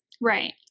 Right